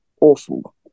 awful